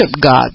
God